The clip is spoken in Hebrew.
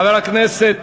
חבר הכנסת